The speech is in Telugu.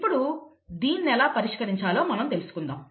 ఇప్పుడు దీనిని ఎలా పరిష్కరించాలో మనం తెలుసుకుందాం